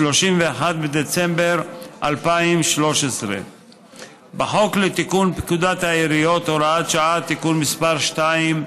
31 בדצמבר 2013. בחוק לתיקון פקודת העיריות (הוראת שעה) (תיקון מס' 2),